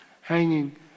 hanging